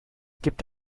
gibt